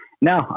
No